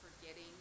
forgetting